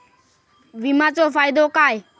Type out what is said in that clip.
विमाचो फायदो काय?